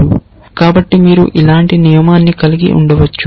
కాబట్టి మీరు ఇలాంటి నియమాన్ని కలిగి ఉండవచ్చు